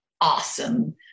awesome